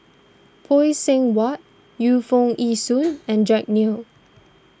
Phay Seng Whatt Yu Foo Yee Shoon and Jack Neo